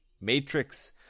matrix